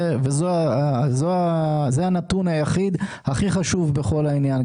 זה הנתון הכי חשוב בכל העניין,